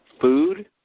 Food